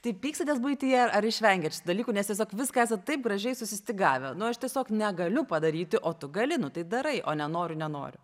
tai pykstatės buityje ar išvengiat šitų dalykų nes tiesiog viską esat taip gražiai susistygavę nu aš tiesiog negaliu padaryti o tu gali nu tai darai o nenoriu nenoriu